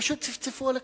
פשוט צפצפו על הכנסת,